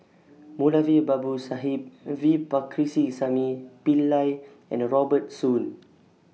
Moulavi Babu Sahib V Pillai and Robert Soon